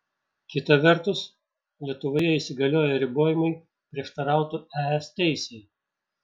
kita vertus lietuvoje įsigalioję ribojimai prieštarautų es teisei